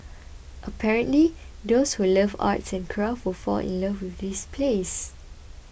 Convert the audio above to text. apparently those who love arts and crafts will fall in love with this place